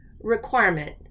requirement